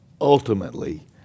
ultimately